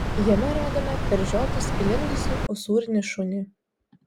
jame radome per žiotis įlindusį usūrinį šunį